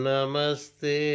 Namaste